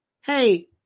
Hey